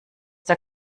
der